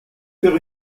faire